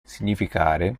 significare